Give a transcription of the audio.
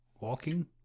walking